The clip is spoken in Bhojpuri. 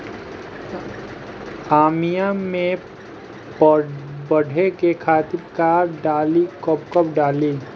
आमिया मैं बढ़े के खातिर का डाली कब कब डाली?